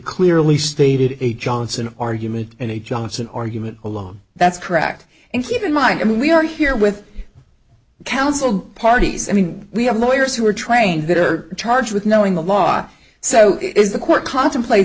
clearly stated a johnson argument and johnson argument alone that's correct and keep in mind we are here with counsel parties i mean we have lawyers who are trained that are charged with knowing the law so is the court contemplate